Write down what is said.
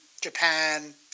Japan